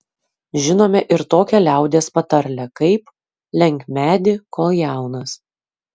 žinome ir tokią liaudies patarlę kaip lenk medį kol jaunas